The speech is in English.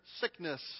sickness